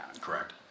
Correct